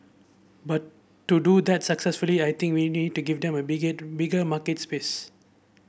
but to do that successfully I think we need to give them a bigger market space